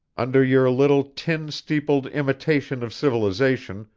under your little tin-steepled imitation of civilization,